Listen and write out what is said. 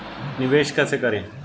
निवेश कैसे करें?